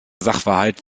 sachverhalt